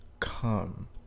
come